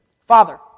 Father